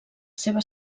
seva